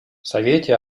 совете